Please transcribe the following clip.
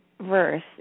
verse